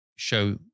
Show